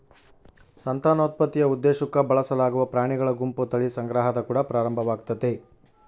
ಸಂತಾನೋತ್ಪತ್ತಿಯ ಉದ್ದೇಶುಕ್ಕ ಬಳಸಲಾಗುವ ಪ್ರಾಣಿಗಳ ಗುಂಪು ತಳಿ ಸಂಗ್ರಹದ ಕುಡ ಪ್ರಾರಂಭವಾಗ್ತತೆ